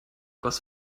goss